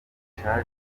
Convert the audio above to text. zishaje